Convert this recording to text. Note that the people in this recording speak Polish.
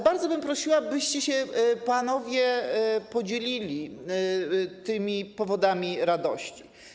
Bardzo bym jednak prosiła, byście się panowie podzielili tymi powodami radości.